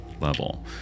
level